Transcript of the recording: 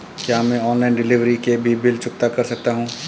क्या मैं online delivery के भी बिल चुकता कर सकता हूँ?